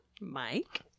Mike